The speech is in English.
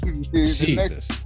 Jesus